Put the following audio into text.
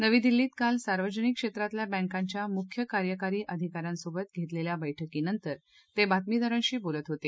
नवी दिल्लीत काल सार्वजनिक क्षेत्रातल्या बँकांच्या मुख्य कार्यकारी अधिकाऱ्यांसोबत घेतलेल्या बर्फ्कीनंतर ते बातमीदारांशी बोलत होते